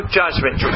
judgment